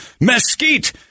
mesquite